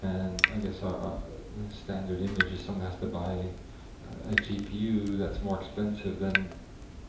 and i guess, ah the standard image is someone has to buy a gpu that's more expensive than